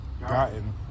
gotten